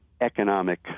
economic